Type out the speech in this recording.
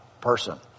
person